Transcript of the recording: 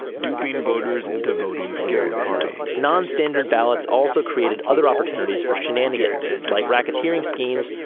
duping voters into voting for the wrong party nonstandard ballots also created other opportunities for shenanigans like racketeering schemes,